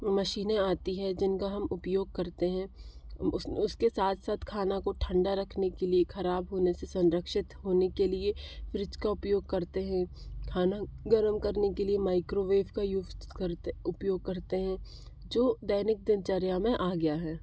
मशीनें आती है जिनका हम उपयोग करते हैं उस उसके साथ साथ खाने को ठंडा रखने के लिए ख़राब होने से संरक्षित होने के लिए फ्रीज का उपयोग करते हैं खाना गर्म करने के लिए माईक्रोवेव का यूज़ करते उपयोग करते हैं जो दैनिक दिनचर्या मे आ गया है